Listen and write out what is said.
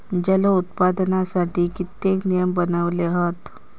जलोत्पादनासाठी कित्येक नियम बनवले हत